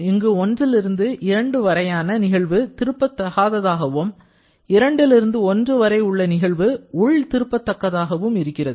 இங்கு 1 ல் இருந்து 2 வரையான நிகழ்வு திருப்பதகாததாகவும் 2ல் இருந்து 1 வரை உள்ள நிகழ்வு உள் திருப்பத் தக்கதாகவும் இருக்கிறது